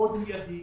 מאוד מיידית